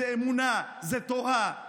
זה אמונה, זה תורה.